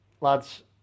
lads